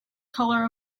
color